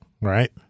right